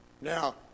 Now